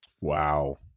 wow